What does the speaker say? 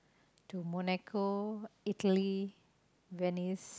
to Monaco Italy Venice